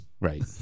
Right